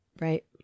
Right